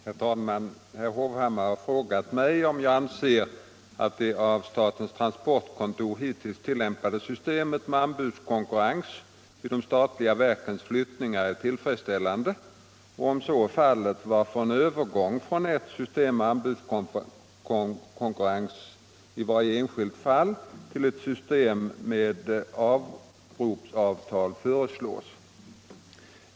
Herr talman! Herr Hovhammar har frågat mig om jag anser att det av statens transportkontor hittills tillämpade systemet med anbudskonkurrens vid de statliga verkens flyttningar är tillfredsställande och, om så är fallet, varför en övergång från ett system med anbudskonkurrens i varje enskilt fall till ett system med avropsavtal föreslås.